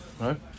Right